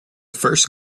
first